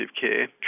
care